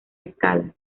escala